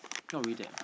not really that